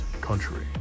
country